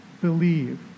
believe